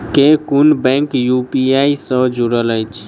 केँ कुन bank UPI सँ जुड़ल अछि?